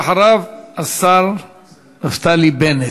ואחריו, השר נפתלי בנט.